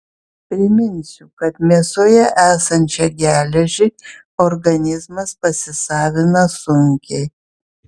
priminsiu kad mėsoje esančią geležį organizmas pasisavina sunkiai